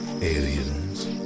aliens